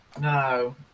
No